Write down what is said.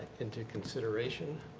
into consideration.